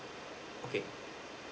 okay